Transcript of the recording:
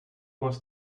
was